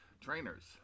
Trainers